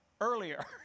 earlier